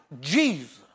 Jesus